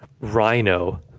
Rhino